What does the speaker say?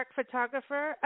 photographer